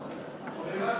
דברי סיום,